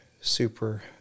super